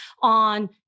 on